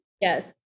Yes